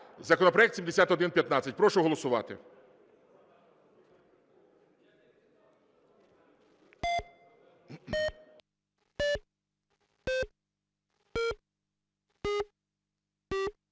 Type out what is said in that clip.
Законопроект 7115. Прошу голосувати.